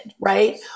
right